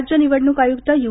राज्य निवडणूक आयुक्त यू